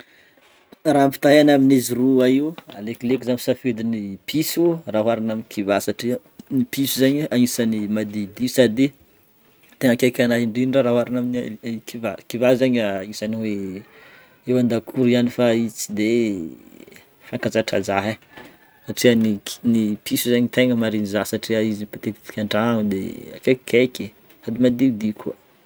Raha ampitahaina amin'izy roa io, aleokoleoko zah misafidy ny piso raha oharina amin'ny kivà satria ny piso zegny agnisan'ny madiodio sady tegna akaiky anah indrindra raha oharina amin'ny kivà, kivà zegny isan'ny hoe eo andakoro ihany fa izy tsy de mifankazatra zah e satria ny ki- ny piso zegny tegna mariny zah satria izy matetiky antragno de akaikikaiky sady madiodio koa.